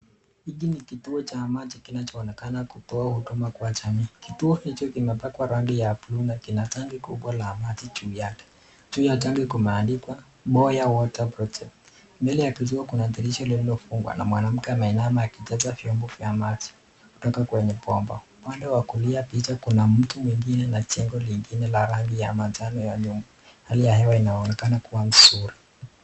Hiki ni kituo cha maji kinacho onekana kutoa huduma kwa jamii. Kituo hiki kimepakwa rangi ya bluu na kina tangi kubwa ya maji juu yake. Juu ya tangi kumeandika Boya water Project. Mbele ya kituo kuna dirisha lililofungwa na mwanamke ameinama akijaza vyombo vya maji kutoka kwenye bomba. Upande wa kulia picha kuna mtu mwingine na jengo lingine la rangi ya manjano ya nyumba. Hali ya hewa inaonekana kua nzuri.